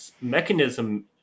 mechanism